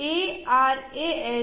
ARAH